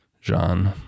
Jean